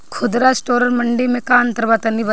खुदरा स्टोर और मंडी में का अंतर बा तनी बताई?